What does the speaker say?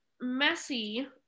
messy